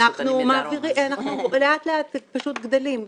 אנחנו לאט לאט גדלים,